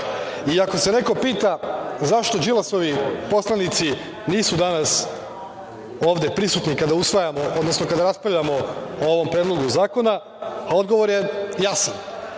se neko pita zašto Đilasovi poslanici nisu danas ovde prisutni kada usvajamo, odnosno kada raspravljamo o ovom predlogu zakona, pa odgovor je jasan